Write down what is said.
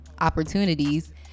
opportunities